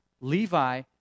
Levi